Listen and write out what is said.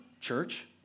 church